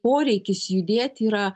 poreikis judėti yra